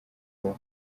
kuba